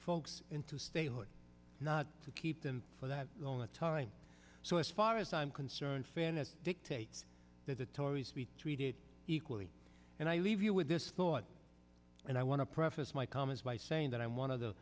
folks into statehood not to keep them for that long a time so as far as i'm concerned fairness dictates that the tories be treated equally and i leave you with this thought and i want to preface my comments by saying that i'm one of the